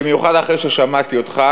במיוחד אחרי ששמעתי אותך,